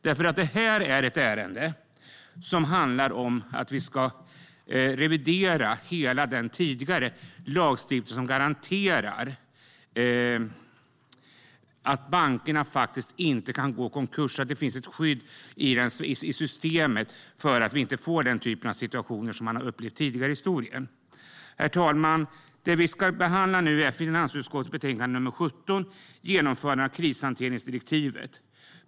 Detta är ett ärende som handlar om att vi ska revidera hela den tidigare lagstiftning som garanterar att bankerna inte kan gå i konkurs och att det finns ett skydd i systemet så att vi inte får den typ av situationer som man har upplevt tidigare i historien. Herr talman! Vi ska nu behandla finansutskottet betänkande 17 Genomförande av krishanteringsdirektivet .